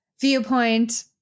viewpoint